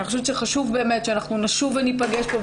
אני חושבת שחשוב שנשוב וניפגש פה,